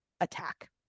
attack